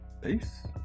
Peace